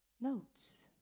notes